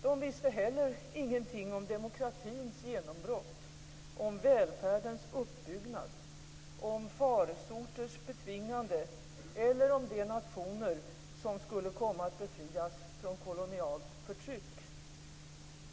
De visste heller ingenting om demokratins genombrott, om välfärdens uppbyggnad, om farsoters betvingande eller om de nationer som skulle komma att befrias från kolonialt förtryck.